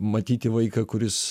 matyti vaiką kuris